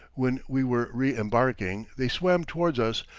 when we were re-embarking, they swam towards us,